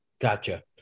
Gotcha